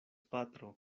patro